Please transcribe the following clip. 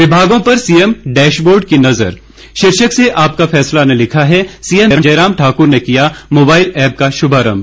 विमागों पर CM dashboard की नजर शीर्षक से आपका फैसला ने लिखा है सीएम जयराम ठाकुर ने किया मोबाइल ऐप का शुभारंभ